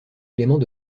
éléments